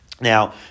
Now